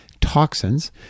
toxins